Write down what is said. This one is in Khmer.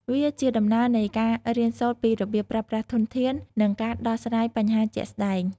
វាជាដំណើរការនៃការរៀនសូត្រពីរបៀបប្រើប្រាស់ធនធាន និងការដោះស្រាយបញ្ហាជាក់ស្តែង។